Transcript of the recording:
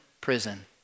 prison